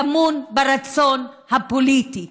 טמון ברצון הפוליטי